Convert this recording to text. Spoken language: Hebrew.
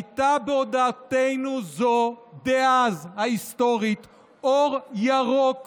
הייתה בהודעתנו זו דאז, ההיסטורית, אור ירוק